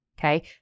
Okay